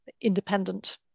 independent